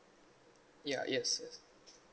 ya yes yes